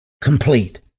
complete